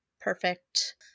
perfect